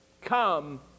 come